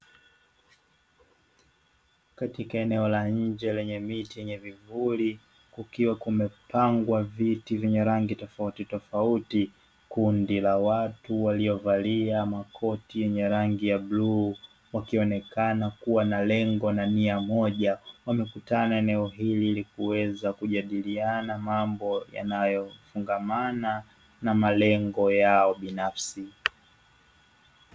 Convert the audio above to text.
Katika eneo la nje lenye miti yenye vivuli kukiwa kumepangwa viti vyenye rangi tofautitofauti. Kundi la watu waliovalia makoti yenye rangi ya bluu wakionekana kuwa na lengo na nia moja wamekutana eneo hili; ili kuweza kujadiliana mambo yanayofungamana na malengo yao binafsi.